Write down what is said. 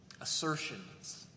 assertions